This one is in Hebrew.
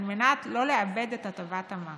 על מנת לא לאבד את הטבת המס.